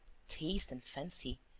taste and fancy.